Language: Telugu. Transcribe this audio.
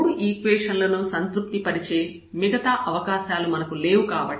ఈ మూడు ఈక్వేషన్ లను సంతృప్తి పరిచే మిగతా అవకాశాలు మనకు లేవు